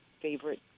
favorite